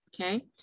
okay